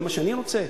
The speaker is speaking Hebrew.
זה מה שאני רוצה?